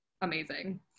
amazing